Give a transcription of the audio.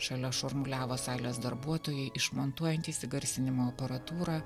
šalia šurmuliavo salės darbuotojai išmontuojantys įgarsinimo aparatūrą